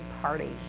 party